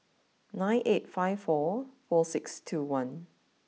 nine eight five four four six two one